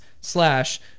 slash